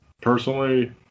Personally